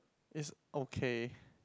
is okay